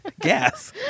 gas